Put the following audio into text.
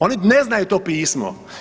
Oni ne znaju to pismo.